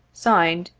signed,